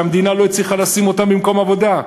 שהמדינה לא הצליחה לשים אותם במקום עבודה,